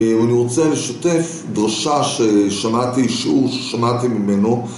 אני רוצה לשתף דרושה ששמעתי שהוא... שמעתי ממנו